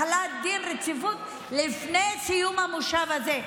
החלת דין רציפות לפני סיום המושב הזה,